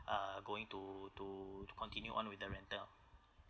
uh going to to to continue on with the rental